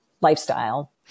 lifestyle